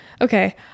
Okay